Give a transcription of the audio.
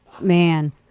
man